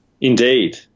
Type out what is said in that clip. Indeed